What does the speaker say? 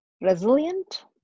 Resilient